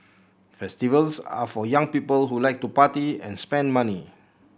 festivals are for young people who like to party and spend money